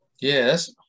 Yes